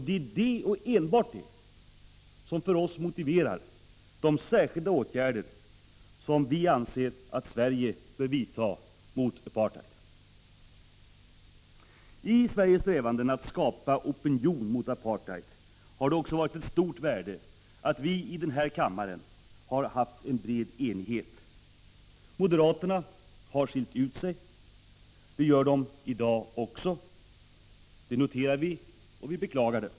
Det är detta som för oss motiverar de särskilda åtgärder som vi anser att Sverige bör vidta mot apartheidsystemet. I Sveriges strävanden att skapa opinion mot apartheid har det också varit ett stort värde att vi i den här kammaren haft en bred enighet. Moderaterna har skilt ut sig. Det gör de i dag också. Vi noterar detta, och vi beklagar det.